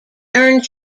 earned